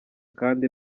kandi